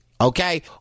Okay